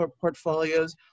portfolios